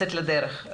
לצאת לדרך.